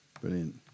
Brilliant